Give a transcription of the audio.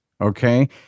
okay